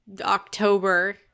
October